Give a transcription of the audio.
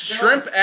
Shrimp